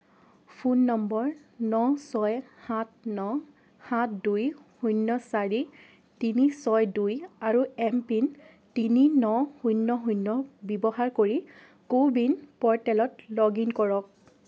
phone নম্বৰ ন ছয় সাত ন সাত দুই শূন্য চাৰি তিনি ছয় দুই আৰু এমপিন তিনি ন শূন্য শূন্য ব্যৱহাৰ কৰি কো ৱিন প'ৰ্টেলত লগ ইন কৰক